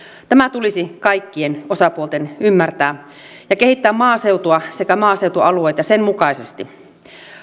tämä tulisi kaikkien osapuolten ymmärtää ja kehittää maaseutua sekä maaseutualueita sen mukaisesti